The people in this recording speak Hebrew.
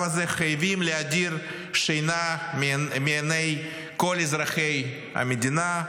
הזה חייבים להדיר שינה מעיני כל אזרחי המדינה,